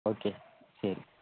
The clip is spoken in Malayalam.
ഓക്കേ ശരി